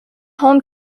home